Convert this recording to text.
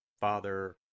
Father